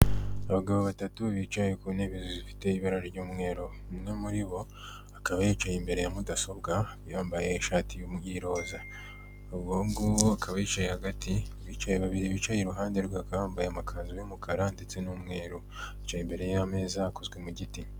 Abagabo batatu bicaye ku ntebe zifite ibara ry'umweru, umwe muri bo akaba yicaye imbere ya mudasobwa, yambaye ishati y'iroza. Uwo nguwo akaba yicaye hagati, abicaye babiri bicaye iruhande rwe bakaba bambaye amakanzu y'umukara ndetse n'umweru. Bicaye imbere y'ameza akozwe mu giti.